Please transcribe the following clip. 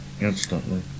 instantly